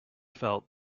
felt